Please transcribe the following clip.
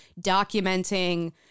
documenting